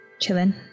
Chilling